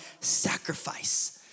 sacrifice